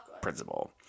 principal